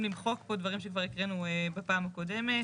למחוק פה דברים שכבר הקראנו בפעם הקודמת.